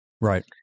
Right